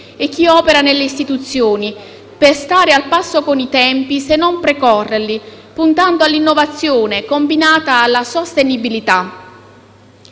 e chi opera nelle istituzioni per stare al passo con i tempi, se non precorrerli, puntando all'innovazione combinata alla sostenibilità.